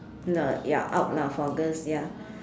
the ya out lah for girls ya